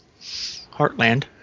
Heartland